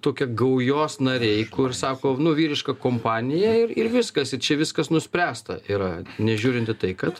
tokie gaujos nariai kur sako nu vyriška kompanija ir ir viskas čia viskas nuspręsta yra nežiūrint į tai kad